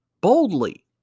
boldly